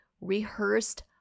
rehearsed